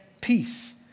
Peace